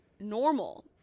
normal